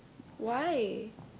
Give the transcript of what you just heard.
why